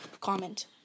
comment